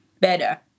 better